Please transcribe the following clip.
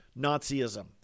Nazism